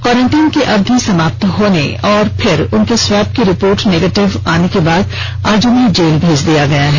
क्वारें टाइन की अवधि समाप्त होने और पुनः उनके स्वाब का रिपोर्ट निगेटिव आने के बाद आज उन्हें जेल भेज दिया गया है